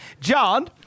John